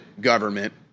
government